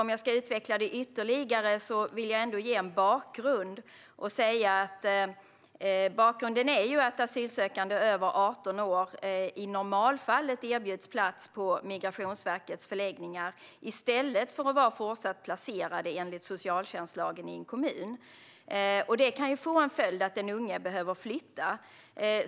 Om jag ska utveckla detta ytterligare vill jag ändå säga att bakgrunden är att asylsökande över 18 år i normalfallet erbjuds plats på Migrationsverkets förläggningar i stället för att vara fortsatt placerade i en kommun enligt socialtjänstlagen. Det kan få till följd att de unga behöver flytta.